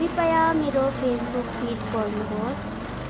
कृपया मेरो Facebook feed पढ्नुहोस्